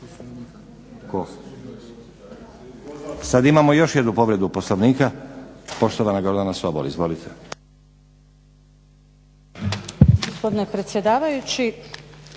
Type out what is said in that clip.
Sad imamo još jednu povredu Poslovnika poštovana Gordana Sobol. Izvolite.